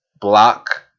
block